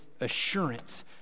assurance